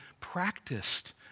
practiced